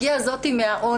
הגיעה זאת מהאונס.